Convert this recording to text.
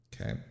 Okay